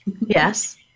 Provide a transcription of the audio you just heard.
Yes